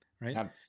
right